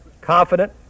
Confident